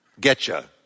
getcha